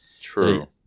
True